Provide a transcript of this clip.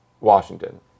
Washington